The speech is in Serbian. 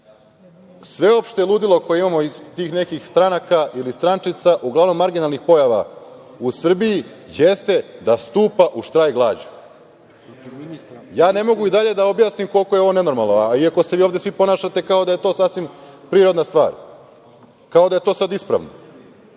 sveopšte ludilo koje imamo iz tih nekih stranaka ili strančica, uglavnom marginalnih pojava u Srbiji, jeste da stupa u štrajk glađu. Ja ne mogu i dalje da objasnim koliko je ovo nenormalno, iako se vi svi ovde ponašate kao da je to sasvim prirodna stvar, kao da je to ispravno.